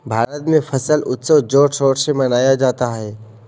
भारत में फसल उत्सव जोर शोर से मनाया जाता है